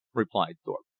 replied thorpe.